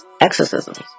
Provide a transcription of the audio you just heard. exorcisms